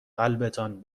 قلبتان